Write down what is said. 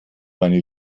meine